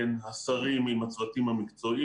בין השרים עם הצוותים המקצועיים.